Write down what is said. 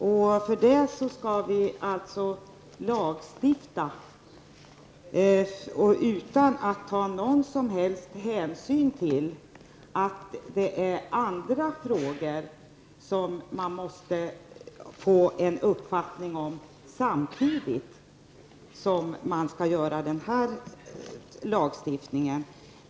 Därför skall vi alltså lagstifta, utan att ta någon som helst hänsyn till att man samtidigt måste få en uppfattning om andra frågor.